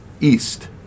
East